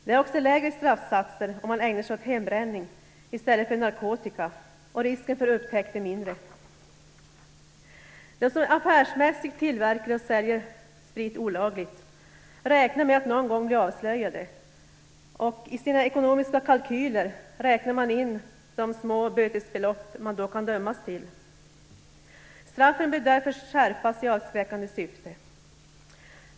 Det är också lägre straffsatser om man ägnar sig åt hembränning i stället för narkotikahandel, och risken för upptäckt är mindre. De som affärsmässigt tillverkar och säljer sprit olagligt räknar med att någon gång bli avslöjade och i sina ekonomiska kalkyler räknar de in de små bötesbelopp som de då kan dömas till. Straffen bör därför skärpas i avskräckande syfte.